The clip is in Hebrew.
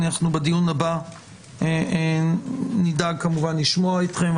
אנחנו בדיון הבא נדאג כמובן לשמוע אתכם,